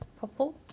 purple